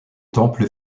temple